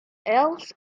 else